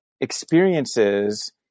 experiences